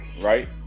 right